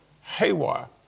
haywire